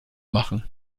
machen